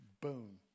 Boom